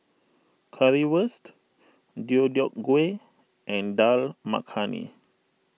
Currywurst Deodeok Gui and Dal Makhani